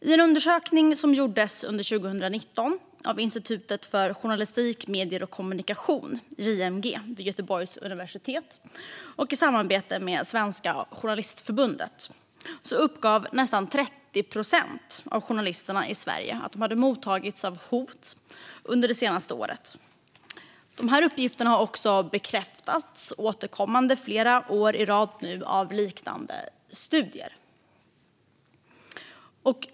I en undersökning som gjordes under 2019 av Institutionen för journalistik, medier och kommunikation, JMG, vid Göteborgs universitet i samarbete med Svenska Journalistförbundet uppgav nästan 30 procent av journalisterna i Sverige att de hade mottagit hot under det senaste året. De uppgifterna har också bekräftats återkommande flera år i rad av liknande studier.